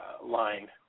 line